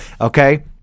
Okay